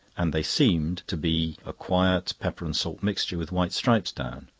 and they seemed to be a quiet pepper-and salt mixture with white stripes down.